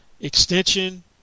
extension